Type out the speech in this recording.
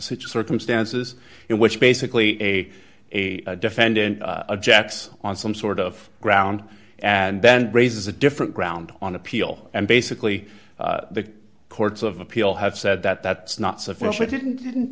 such circumstances in which basically a a defendant objects on some sort of ground and then raises a different ground on appeal and basically the courts of appeal have said that that's not sufficient didn't didn't